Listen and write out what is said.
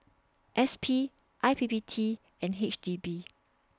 S P I P P T and H D B